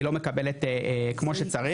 היא לא מקבלת כמו שצריך.